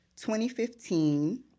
2015